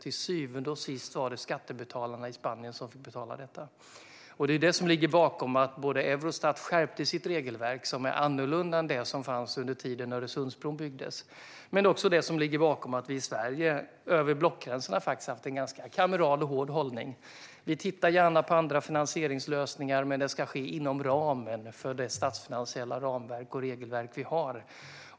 Till syvende och sist var det nämligen skattebetalarna i Spanien som fick stå för detta. Det är detta som ligger bakom att Eurostat skärpte sitt regelverk, som är annorlunda än det som fanns under den tid då Öresundsbron byggdes. Det är också det som ligger bakom att vi i Sverige över blockgränserna har haft en ganska kameral och hård hållning. Vi tittar gärna på andra finansieringslösningar, men det ska ske inom det statsfinansiella ramverk och regelverk vi har.